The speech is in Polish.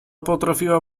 potrafiła